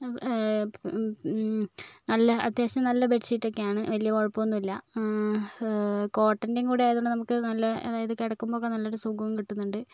നല്ല അത്യാവശ്യം നല്ല ബെഡ് ഷീറ്റൊക്കെയാണ് വലിയ കുഴപ്പമൊന്നുമില്ല കോട്ടൻ്റെ കൂടിയായത് കൊണ്ട് നമുക്ക് നല്ല അതായത് കിടക്കുമ്പോളൊക്കെ നല്ലൊരു സുഖവും കിട്ടുന്നുണ്ട്